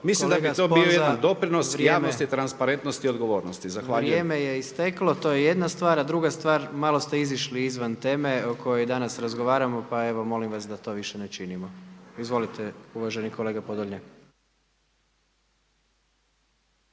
Mislim da bi to bio jedna doprinos javnosti, transparentnosti i odgovornosti. Zahvaljujem. **Jandroković, Gordan (HDZ)** Kolega Sponza vrijeme je isteklo, to je jedna stvar a druga stvar malo ste izišli izvan teme o kojoj danas razgovaramo pa evo molim vas da to više ne činimo. Izvolite uvaženi kolega Podolnjak.